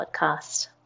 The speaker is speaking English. podcast